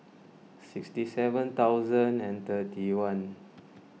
sixty seven thousand and thirty one